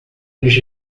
eles